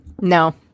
No